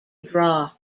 draw